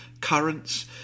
Currents